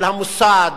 של המוסד,